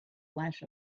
flash